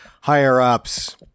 higher-ups